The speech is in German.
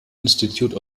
institute